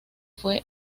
fue